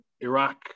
Iraq